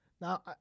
now